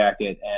Jacket